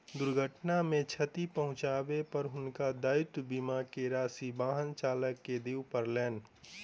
दुर्घटना मे क्षति पहुँचाबै पर हुनका दायित्व बीमा के राशि वाहन चालक के दिअ पड़लैन